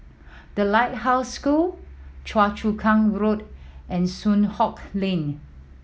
The Lighthouse School Choa Chu Kang Road and Soon Hock Lane